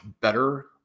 better